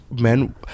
men